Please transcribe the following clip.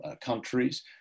countries